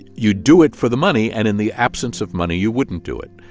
you do it for the money and in the absence of money, you wouldn't do it.